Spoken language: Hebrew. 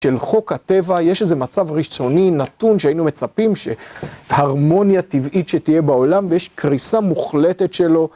של חוק הטבע יש איזה מצב ראשוני נתון שהיינו מצפים שהרמוניה טבעית שתהיה בעולם ויש קריסה מוחלטת שלו...